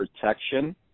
protection